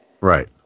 Right